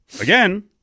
Again